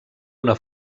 una